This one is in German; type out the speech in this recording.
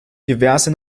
diverse